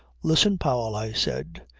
listen, powell, i said.